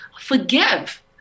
forgive